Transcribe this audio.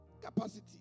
Capacity